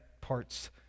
parts